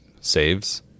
saves